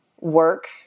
work